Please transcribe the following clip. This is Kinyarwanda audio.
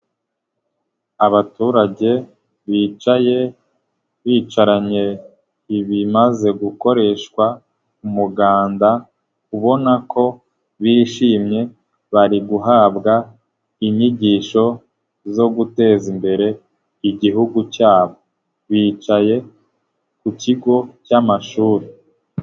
Abaturage bicaye bicaranye ibimaze gukoreshwa umuganda ubona ko bishimye bari guhabwa inyigisho zo guteza imbere igihugu cyabo, bicaye ku kigo cy'amashuri.